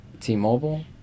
T-Mobile